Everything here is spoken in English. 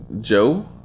Joe